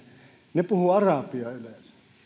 ne puhuvat arabiaa yleensä